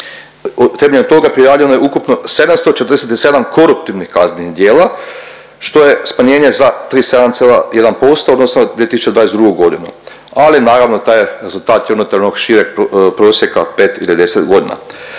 Temeljem toga prijavljeno je ukupno 747 koruptivnih kaznenih djela, što je smanjenje za 37,1% odnosno 2022. godinu ali naravno taj je rezultat unutar onog šireg prosjeka 5 ili 10 godina.